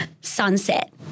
sunset